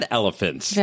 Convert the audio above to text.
elephants